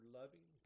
loving